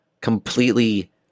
completely